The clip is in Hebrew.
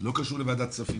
לא קשור לוועדת כספים,